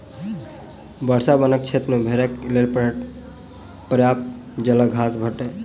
वर्षा वनक क्षेत्र मे भेड़क लेल पर्याप्त जंगल घास भेटैत छै